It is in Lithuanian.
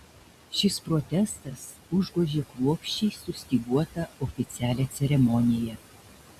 šis protestas užgožė kruopščiai sustyguotą oficialią ceremoniją